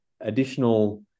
additional